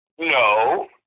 No